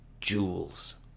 jewels